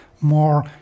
more